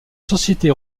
société